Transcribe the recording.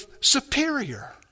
superior